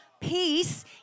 peace